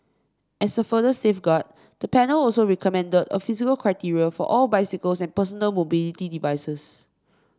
as a further safeguard the panel also recommended a physical criteria for all bicycles and personal mobility devices